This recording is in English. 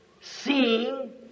Seeing